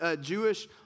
Jewish